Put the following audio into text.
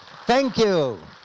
thank you.